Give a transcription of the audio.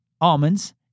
almonds